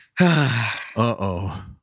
Uh-oh